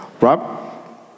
Rob